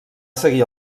seguir